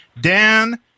Dan